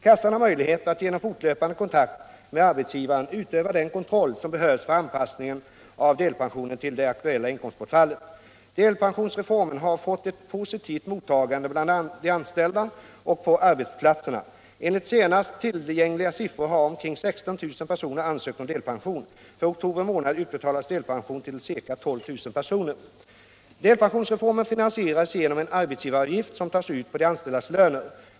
Kassan har möjlighet att genom fortlöpande kon takt med arbetsgivaren utöva den kontroll som behövs för anpassningen av delpensionen till det aktuella inkomstbortfallet. Delpensionsreformen har fått ett positivt mottagande bland de anställda och på arbetsplatserna. Enligt senast tillgängliga siffror har omkring 16 000 personer ansökt om delpension. För oktober månad utbetalades delpension till ca 12000 personer. Delpensionsreformen finansieras genom en arbetsgivaravgift som tas ut på de anställdas lönesumma.